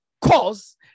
cause